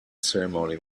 ceremony